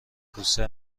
کوسه